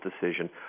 decision